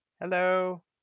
Hello